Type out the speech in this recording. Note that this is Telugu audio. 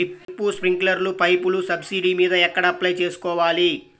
డ్రిప్, స్ప్రింకర్లు పైపులు సబ్సిడీ మీద ఎక్కడ అప్లై చేసుకోవాలి?